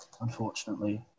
unfortunately